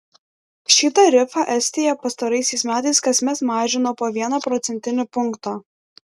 šį tarifą estija pastaraisiais metais kasmet mažino po vieną procentinį punktą